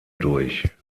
durch